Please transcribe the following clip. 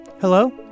Hello